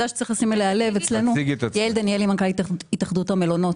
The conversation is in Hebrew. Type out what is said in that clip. אני מנכ"לית התאחדות המלונות.